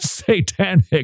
satanic